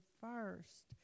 first